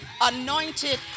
anointed